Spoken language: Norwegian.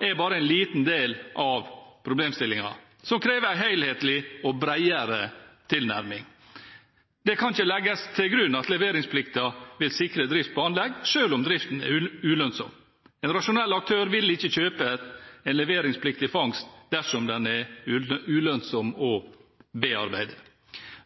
er bare en liten del av problemstillingen som krever en helhetlig og bredere tilnærming. Det kan ikke legges til grunn at leveringsplikten vil sikre drift på anlegg, selv om driften er ulønnsom. En rasjonell aktør vil ikke kjøpe en leveringspliktig fangst dersom den er ulønnsom å bearbeide.